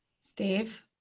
Steve